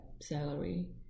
salary